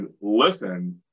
listen